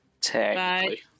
Technically